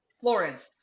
Florence